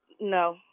No